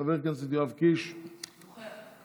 חבר הכנסת יואב קיש, נוכח.